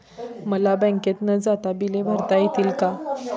मला बँकेत न जाता बिले भरता येतील का?